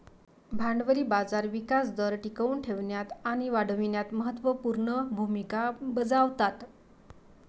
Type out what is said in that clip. भांडवली बाजार विकास दर टिकवून ठेवण्यात आणि वाढविण्यात महत्त्व पूर्ण भूमिका बजावतात